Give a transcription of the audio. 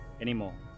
anymore